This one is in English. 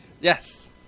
Yes